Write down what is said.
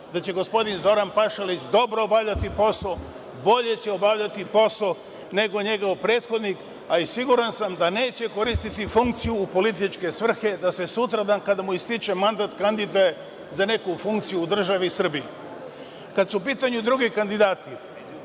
da će gospodin Zoran Pašalić dobro obavljati posao, bolje će obavljati posao nego njegov prethodnik, a i siguran sam da neće koristiti funkciju u političke svrhe, da se sutradan kada mu ističe mandat kandiduje za neku funkciju u državi Srbiji. Kada su u pitanju drugi kandidati,